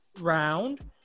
round